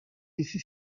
bizi